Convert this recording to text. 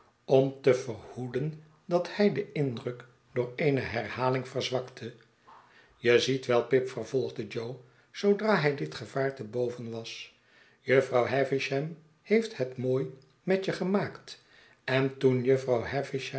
om te verhoeden dat hij den indruk door eene herhaling verzwakte je ziet wel pip vervolgde jo zoodra hij dit gevaar te boven was jufvrouw havisham heeft het mooi met je gemaakt en toen jufvrouw